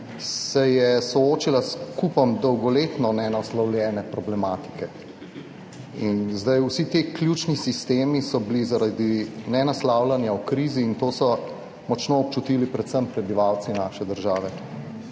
se je soočila s kupom dolgoletno nenaslovljene problematike in vsi ti ključni sistemi so bili zaradi nenaslavljanja v krizi in to so močno občutili predvsem prebivalci naše države